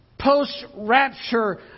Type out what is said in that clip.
Post-rapture